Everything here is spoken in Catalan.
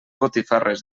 botifarres